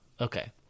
Okay